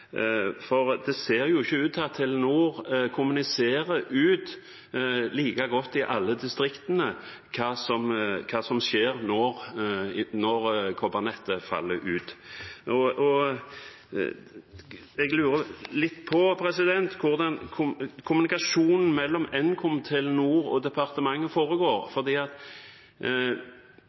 Det ser ikke ut til at Telenor kommuniserer like godt i alle distriktene om hva som skjer når kobbernettet faller ut. Jeg lurer litt på hvordan kommunikasjonen mellom Nkom, Telenor og departementet foregår,